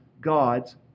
God's